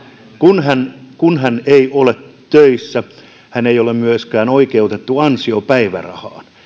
kun hän kun hän ei ole töissä hän ei ole myöskään oikeutettu ansiopäivärahaan